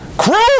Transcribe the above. cruel